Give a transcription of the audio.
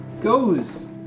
goes